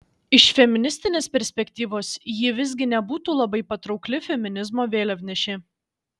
iš feministinės perspektyvos ji visgi nebūtų labai patraukli feminizmo vėliavnešė